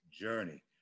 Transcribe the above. journey